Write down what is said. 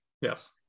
Yes